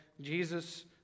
Jesus